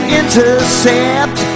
intercept